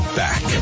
back